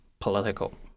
political